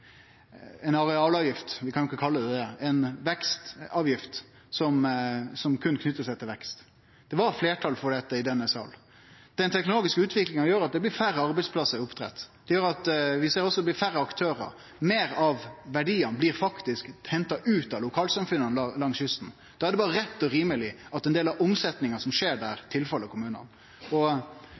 ei arealavgift – om vi kan kalle det det – som berre knyter seg til vekst. Det var eit fleirtal for ei arealavgift i denne sal. Den teknologiske utviklinga gjer at det blir færre arbeidsplassar i oppdrett. Vi ser også at det blir færre aktørar. Meir av verdiane blir faktisk henta ut av lokalsamfunna langs kysten. Da er det berre rett og rimeleg at ein del av omsetninga som skjer